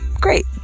great